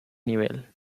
nivel